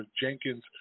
Jenkins